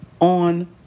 on